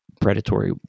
predatory